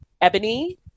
Ebony